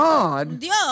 God